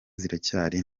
ziracyari